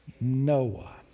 Noah